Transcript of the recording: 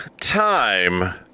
time